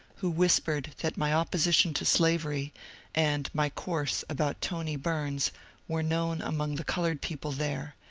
who whispered that my op position to slavery and my course about tony bums were known among the coloured people there,